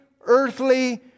earthly